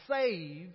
saved